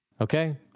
okay